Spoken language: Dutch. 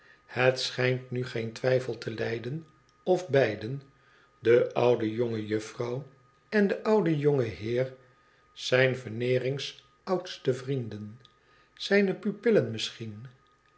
het schijnt nu geen twijfel te lijden of beiden de oude jonge juffrouw en de oude jonge heer zijn veneering's oudste vrienden zijne pupillen misschien